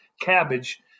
cabbage